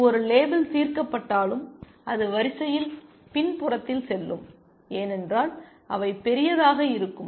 இது ஒரு லேபிள் தீர்க்கப்பட்டாலும் அது வரிசையின் பின்புறத்தில் செல்லும் ஏனென்றால் அவை பெரியதாக இருக்கும்